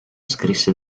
scrisse